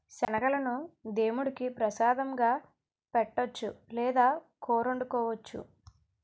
శనగలను దేముడికి ప్రసాదంగా పెట్టొచ్చు లేదా కూరొండుకోవచ్చు